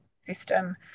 system